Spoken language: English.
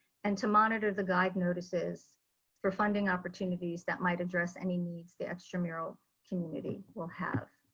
and to monitor the guide notices for funding opportunities that might address any needs the extramural community will have.